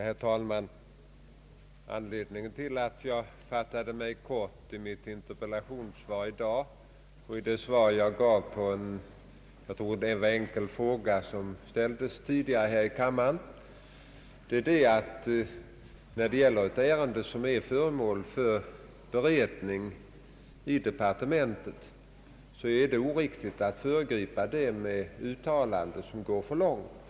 Herr talman! Anledningen till att jag fattat mig kort i mitt interpellationssvar i dag, liksom i det svar jag tidigare gett på en enkel fråga som ställts här i kammaren, är att det, när det gäller ett ärende som är föremål för beredning i departementet, är oriktigt att föregripa denna beredning med ett uttalande som går för långt.